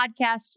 podcast